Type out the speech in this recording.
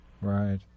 right